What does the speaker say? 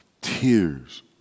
Tears